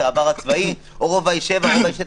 העבר הצבאי או רובאי שבע או ---,